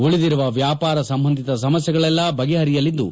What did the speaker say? ಉಳಿದಿರುವ ವ್ಯಾಪಾರ ಸಂಬಂಧಿತ ಸಮಸ್ತೆಗಳೆಲ್ಲಾ ಬಗೆಹರಿಯಲಿದ್ದು